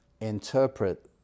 interpret